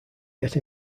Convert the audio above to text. get